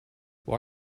why